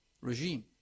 regime